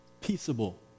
Peaceable